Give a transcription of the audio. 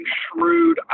shrewd